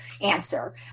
answer